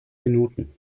minuten